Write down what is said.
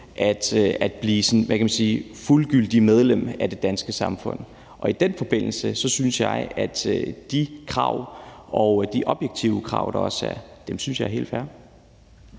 man sige, fuldgyldigt medlem af det danske samfund. Og i den forbindelse synes jeg, at de krav, de objektive krav, der også er, er helt fair.